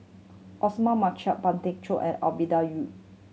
Osman Merican Pang Teck Joon and Ovidia Yu